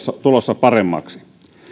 tulossa paremmaksi